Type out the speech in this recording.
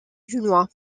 dunois